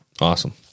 Awesome